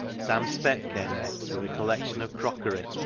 sam speck came next with a collection of crockery,